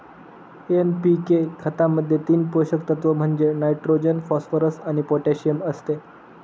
NPK खतामध्ये तीन पोषक तत्व म्हणजे नायट्रोजन, फॉस्फरस आणि पोटॅशियम असते